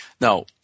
Now